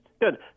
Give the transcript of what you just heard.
Good